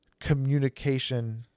communication